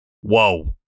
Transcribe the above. Whoa